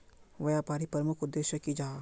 व्यापारी प्रमुख उद्देश्य की जाहा?